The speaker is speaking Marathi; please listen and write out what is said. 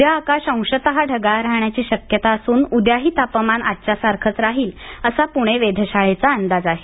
उद्या आकाश अंशतः ढगाळ राहण्याची शक्यता असून उद्याही तापमान आजच्यासारखंच राहील असा पूणे वेधशाळेचा अंदाज आहे